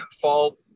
fall